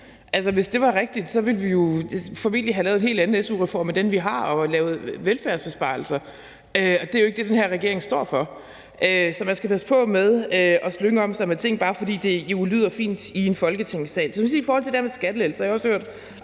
Hvis det var rigtigt, ville vi jo formentlig have lavet en helt anden su-reform end den, vi har lavet, og lavet velfærdsbesparelser. Og det er jo ikke det, den her regering står for. Så man skal passe på med at slynge om sig med ting, bare fordi det jo lyder fint i Folketingssalen. I forhold til det her med skattelettelser vil jeg sige,